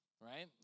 right